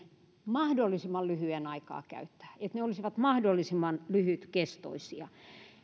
mahdollisimman lyhyen aikaa käyttää että ne olisivat mahdollisimman lyhytkestoisia